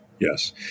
Yes